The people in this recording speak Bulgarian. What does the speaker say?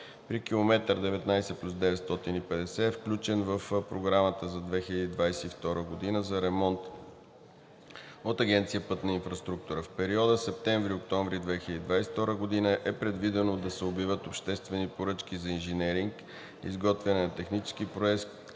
при км 19+950 е включен в програмата за 2022 г. за ремонт от Агенция „Пътна инфраструктура“. В периода септември-октомври 2022 г. е предвидено да се обявят обществени поръчки за инженеринг, изготвяне на технически проект